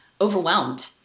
overwhelmed